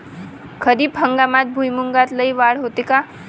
खरीप हंगामात भुईमूगात लई वाढ होते का?